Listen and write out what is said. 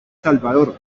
salvador